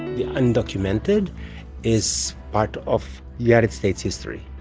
the undocumented is part of united states history.